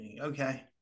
Okay